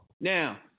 Now